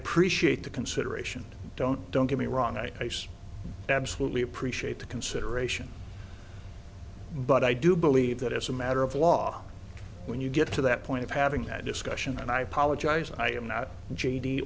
appreciate the consideration don't don't get me wrong i absolutely appreciate the consideration but i do believe that as a matter of law when you get to that point of having that discussion and i apologize i am not